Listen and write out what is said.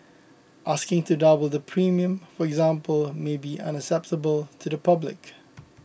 asking to double the premium for example may be unacceptable to the public